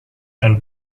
and